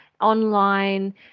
online